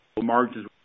Margins